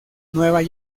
nueva